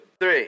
three